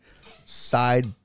side